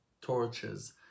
torches